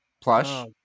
Plush